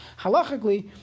Halachically